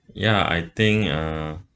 ya I think uh